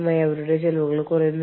നിങ്ങൾ എവിടെയാണ് ചെലവഴിക്കുന്നത്